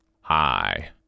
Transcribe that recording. Hi